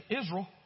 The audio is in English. Israel